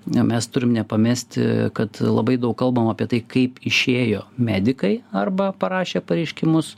na mes turime nepamesti kad labai daug kalbama apie tai kaip išėjo medikai arba parašė pareiškimus